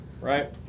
Right